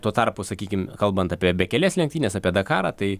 tuo tarpu sakykim kalbant apie bekelės lenktynes apie dakarą tai